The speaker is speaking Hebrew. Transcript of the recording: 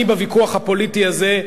אני בוויכוח הפוליטי הזה,